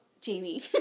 Jamie